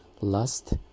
lust